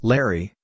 Larry